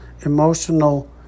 emotional